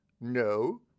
No